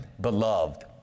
beloved